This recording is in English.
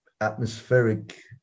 atmospheric